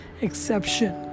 exception